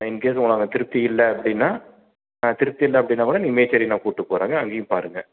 in case உங்களுக்கு திருப்தி இல்லை அப்படின்னா திருப்தி இல்லை அப்படின்னா கூட நீங்கள் மேச்சேரியே நான் கூப்பிட்டு போகிறேங்க அங்கேயும் பாருங்க